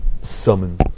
Summon